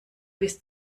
bis